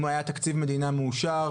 אם היה תקציב מדינה מאושר,